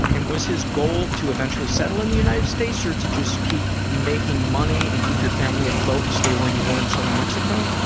and was his goal to eventually settle in the united states or to just keep making money and keep your family afloat and stay where you were in southern mexico?